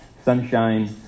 sunshine